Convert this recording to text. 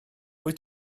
wyt